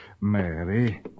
Mary